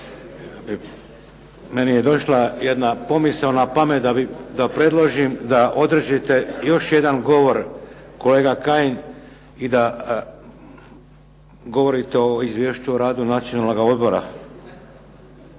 Meni je došla jedna pomisao na pamet da predložim da održite još jedan govor kolega Kajin i da govorite o Izvješću o radu Nacionalnoga odbora